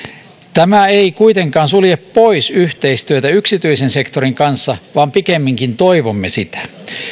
tämä ei kuitenkaan sulje pois yhteistyötä yksityisen sektorin kanssa vaan pikemminkin toivomme sitä